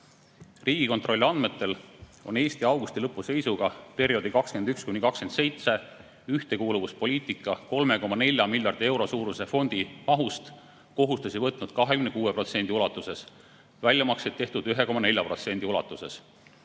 Riigikontrolli andmetel on Eesti augusti lõpu seisuga perioodi 2021–2027 ühtekuuluvuspoliitika 3,4 miljardi euro suuruse fondi mahust kohustusi võtnud 26% ulatuses, väljamakseid on tehtud 1,4% ulatuses.